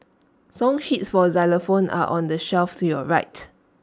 song sheets for xylophone are on the shelf to your right